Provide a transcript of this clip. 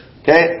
Okay